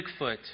Bigfoot